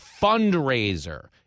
fundraiser